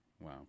Wow